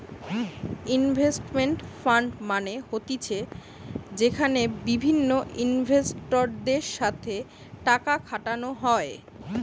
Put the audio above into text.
investment fund মানে হতিছে যেখানে বিভিন্ন ইনভেস্টরদের সাথে টাকা খাটানো হয়